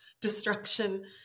destruction